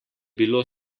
bilo